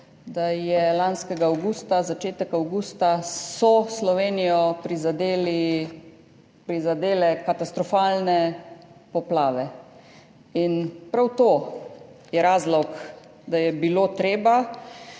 da so lanskega avgusta, začetek avgusta Slovenijo prizadele katastrofalne poplave. Prav to je razlog, da je bilo treba